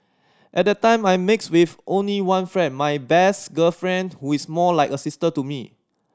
at the time I mixed with only one friend my best girlfriend who is more like a sister to me